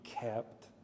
kept